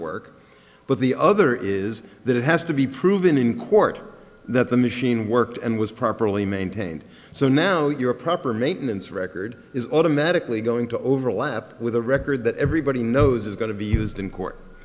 work but the other is that it has to be proven in court that the machine worked and was properly maintained so now your proper maintenance record is automatically going to overlap with a record that everybody knows is going to be used in court